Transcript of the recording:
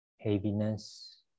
heaviness